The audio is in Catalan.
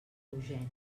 eugènia